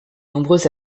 nombreux